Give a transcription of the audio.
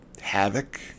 havoc